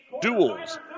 Duels